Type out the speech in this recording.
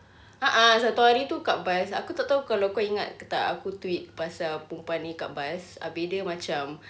a'ah satu hari tu kat bus aku tak tahu kalau kau ingat ke tak aku tweet pasal perempuan ni kat bus habis dia macam